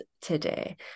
today